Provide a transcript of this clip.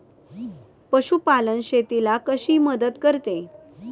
पशुपालन शेतीला कशी मदत करते?